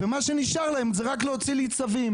ומה שנשאר להם זה רק להוציא לי צווים.